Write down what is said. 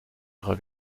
ihrer